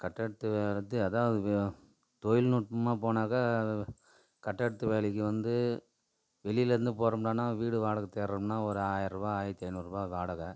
கட்டடத்து வேலை இது அதுதான் அது தொழில்நுட்பமா போனாக்கால் கட்டடத்து வேலைக்கு வந்து வெளியிலேருந்து போகிறோம்னா வீடு வாடகை தேடுறோமுன்னா ஒரு ஆயிரம் ரூபா ஆயிரத்து ஐந்நூறுருபா வாடகை